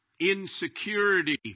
insecurity